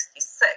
1966